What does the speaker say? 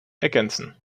ergänzen